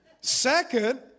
Second